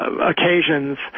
occasions